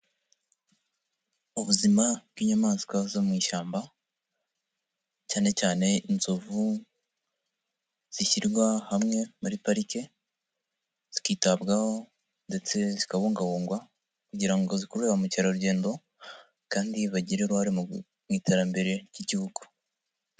Ubuzima bw'inyamaswa zo mu ishyamba, cyane cyane inzovu, zishyirwa hamwe muri parike zikitabwaho ndetse zikabungabungwa kugira ngo zikurure ba mukerarugendo kandi bagire uruhare mu iterambere ry'igihugu.